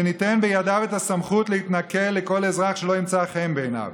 כך שניתן בידיו סמכות להתנכל לכל אזרח שלא ימצא חן בעיניו.